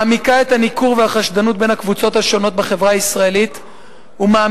מעמיקה את הניכור והחשדנות בין הקבוצות השונות בחברה הישראלית ומעמיקה